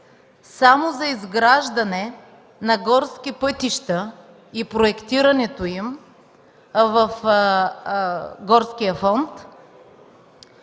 само за изграждане на горски пътища и проектирането им в горския фонд